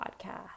podcast